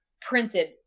printed